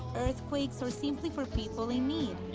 earthquakes, or simply for people in need.